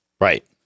Right